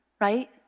right